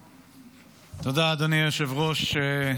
תודה, אדוני היושב-ראש.